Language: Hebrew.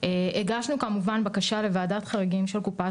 הגשנו כמובן בקשה לוועדת חריגים של קופת